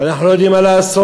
ואנחנו לא יודעים מה לעשות.